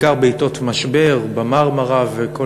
בעיקר בעִתות משבר: ב"מרמרה" וכל